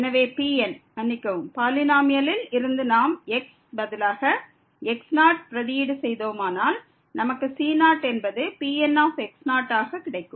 எனவே Pn மன்னிக்கவும் பாலினோமியலில் இருந்து நாம் xக்கு பதிலாக x0 பிரதியீடு செய்தோமானால் நமக்கு c0 என்பது Pn ஆக கிடைக்கும்